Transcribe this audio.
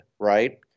right